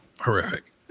horrific